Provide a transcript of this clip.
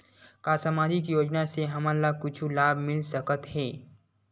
का सामाजिक योजना से हमन ला कुछु लाभ मिल सकत हे?